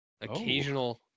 occasional